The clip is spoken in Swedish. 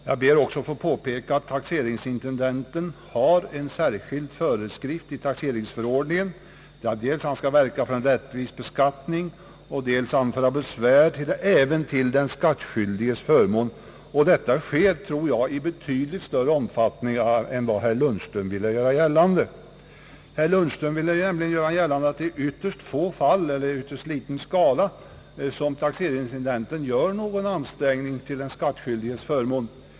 Jag ber också få påpeka att taxeringsintendenten har en särskild föreskrift i taxeringsförordningen att följa; förutom att han skall verka för en rättvis beskattning skall han även kunna anföra besvär till den skattskyldiges förmån. Detta sker, tror jag, i betydligt större omfattning än herr Lundström ville göra gällande. Herr Lundström ville nämligen göra gällande att det är i ytterst liten skala som taxeringsintendenten gör någon ansträngning till den skattskyldiges förmån.